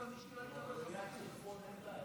בראיית חשבון אין בעיה.